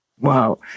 wow